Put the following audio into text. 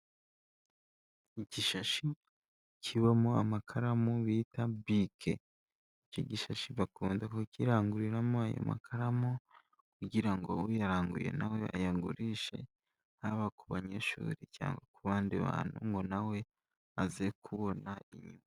Igishashi kibamo amakaramu bita bike. Iki gishashi bakunze kukiranguriramo ayo makaramu kugira ngo uyaranguye na we ayagurishe, haba ku banyeshuri cyangwa ku bandi bantu ngo na we aze kubona inyungu.